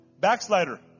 Backslider